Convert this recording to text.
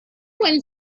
one